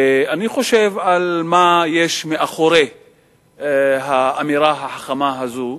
אני חושב, מה יש מאחורי האמירה החכמה הזאת.